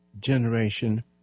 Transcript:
generation